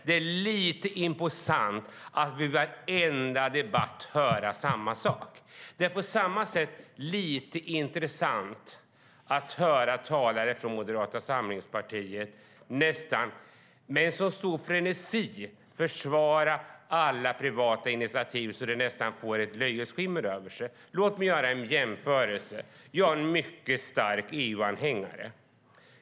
Det är lite imposant att vi i varenda debatt får höra samma sak. Det är på samma sätt lite intressant att höra talare från Moderata samlingspartiet med så stor frenesi försvara alla privata initiativ att det nästan får ett löjets skimmer över sig. Låt mig göra en jämförelse. Jag är en mycket stark EU-anhängare.